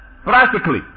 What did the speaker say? Practically